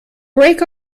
break